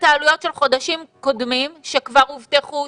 העלויות של חודשים קודמים שכבר הובטחו,